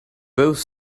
both